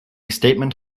statement